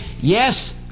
Yes